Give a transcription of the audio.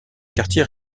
quartier